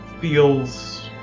feels